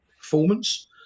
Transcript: performance